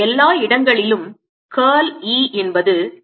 எல்லா இடங்களிலும் curl E என்பது 0